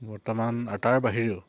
বৰ্তমান আৰ তাৰ বাহিৰেও